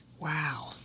wow